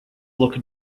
look